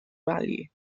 value